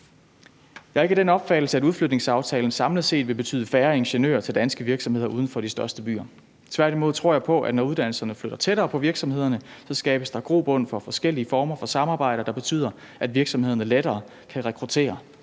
Jeg er ikke af den opfattelse, at udflytningsaftalen samlet set vil betyde færre ingeniører til danske virksomheder uden for de største byer. Jeg tror tværtimod på, at når uddannelserne flytter tættere på virksomhederne, skabes der grobund for forskellige former for samarbejde, der betyder, at virksomhederne lettere kan rekruttere